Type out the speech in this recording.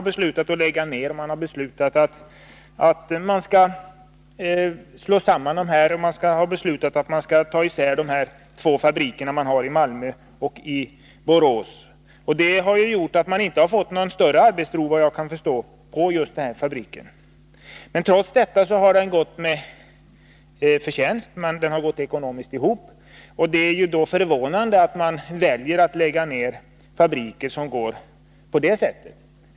Beslut har fattats om nedläggning, om sammanslagning och om åtskiljande av de två fabrikerna i Malmö och Borås. Detta har gjort att man inte har fått någon större arbetsro, såvitt jag förstår, på just Eisers fabrik i Borås. Trots detta har den gått ihop ekonomiskt. Det är förvånande att man väljer att lägga ned fabriker som fungerar på det sättet.